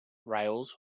rails